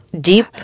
deep